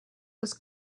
was